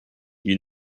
you